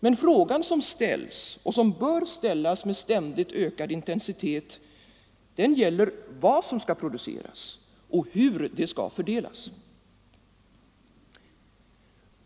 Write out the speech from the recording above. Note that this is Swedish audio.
Men frågan som ställs, och som bör ställas med ständigt ökad intensitet, gäller vad som skall produceras och hur det skall fördelas.